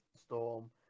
Storm